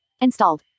Installed